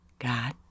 God